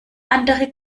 andere